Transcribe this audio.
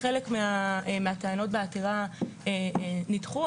חלק מהטענות בעתירה נידחו,